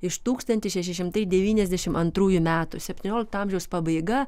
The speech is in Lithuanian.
iš tūkstantis šeši šimtai devyniasdešim antrųjų metų septyniolikto amžiaus pabaiga